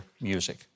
music